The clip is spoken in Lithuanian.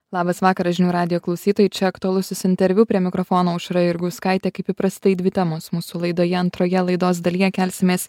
labas vakaras žinių radijo klausytojai čia aktualusis interviu prie mikrofono aušra jurgauskaitė kaip įprastai dvi temos mūsų laidoje antroje laidos dalyje kelsimės